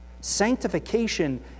Sanctification